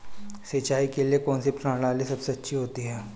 सिंचाई के लिए कौनसी प्रणाली सबसे अच्छी रहती है?